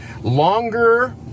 longer